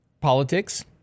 Politics